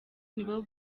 nibo